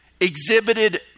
Exhibited